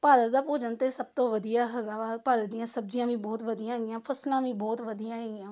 ਭਾਰਤ ਦਾ ਭੋਜਨ ਤਾਂ ਸਭ ਤੋਂ ਵਧੀਆ ਹੈਗਾ ਵਾ ਭਾਰਤ ਦੀਆਂ ਸਬਜ਼ੀਆਂ ਵੀ ਬਹੁਤ ਵਧੀਆਂ ਹੈਗੀਆਂ ਫ਼ਸਲਾਂ ਵੀ ਬਹੁਤ ਵਧੀਆਂ ਹੈਗੀਆਂ ਵਾ